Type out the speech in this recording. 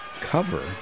cover